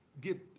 get